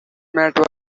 mat